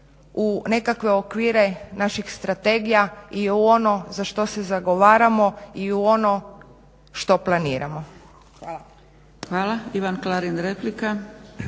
u nekakve okvire naših strategija i u ono za što se zagovaramo i u ono što planiramo. Hvala. **Zgrebec, Dragica